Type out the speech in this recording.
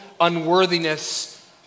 unworthiness